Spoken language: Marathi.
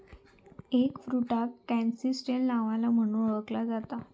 एगफ्रुटाक कॅनिस्टेल नावान म्हणुन ओळखला जाता